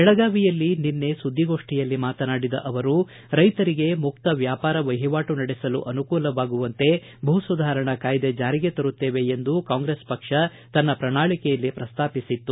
ಬೆಳಗಾವಿಯಲ್ಲಿ ನಿನ್ನೆ ಸುದ್ನಿಗೋಷ್ಠಿಯಲ್ಲಿ ಮಾತನಾಡಿದ ಅವರು ರೈತರಿಗೆ ಮುಕ್ತ ವ್ಯಾಪಾರ ವಹಿವಾಟು ನಡೆಸಲು ಅನುಕೂಲವಾಗುವಂತೆ ಭೂಸುಧಾರಣೆ ಕಾಯ್ದೆ ಜಾರಿಗೆ ತರುತ್ತೇವೆ ಎಂದು ಕಾಂಗ್ರೆಸ್ ಪಕ್ಷ ತನ್ನ ಪ್ರಣಾಳಕೆಯಲ್ಲಿ ಪ್ರಸ್ತಾಪಿಸಿತ್ತು